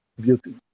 beauty